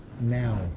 now